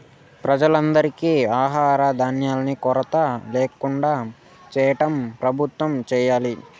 ప్రజలందరికీ ఆహార ధాన్యాల కొరత ల్యాకుండా చేయటం ప్రభుత్వం చేయాలి